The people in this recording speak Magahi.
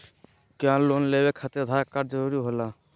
क्या लोन लेवे खातिर आधार कार्ड जरूरी होला?